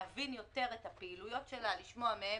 להבין יותר את הפעילויות שלה, לשמוע מהם